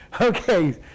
Okay